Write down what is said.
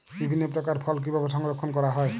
বিভিন্ন প্রকার ফল কিভাবে সংরক্ষণ করা হয়?